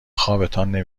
خوابتان